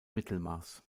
mittelmaß